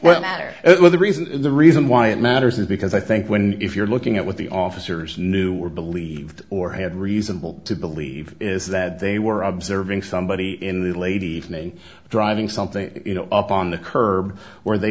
matter what the reason the reason why it matters is because i think when if you're looking at what the officers knew or believed or had reasonable to believe is that they were observing somebody in the late evening driving something up on the curb where they